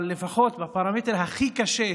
ולפחות בפרמטר הכי קשה,